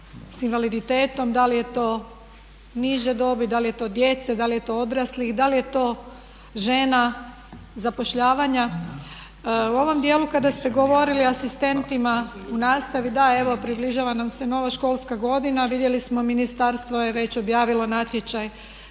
s invaliditetom. Da li je to niže dobi, da li je to djece, da li je to odraslih, da li je to žena, zapošljavanja. U ovom djelu kada ste govorili asistentima u nastavi, da evo, približava nam se nova školska godina. Vidjeli smo Ministarstvo je već objavilo natječaj